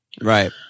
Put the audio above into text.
Right